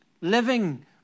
living